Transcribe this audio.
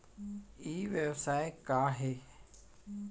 ई व्यवसाय का हे?